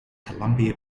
columbia